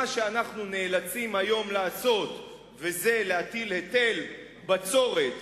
מה שאנחנו נאלצים היום לעשות זה להטיל היטל בצורת,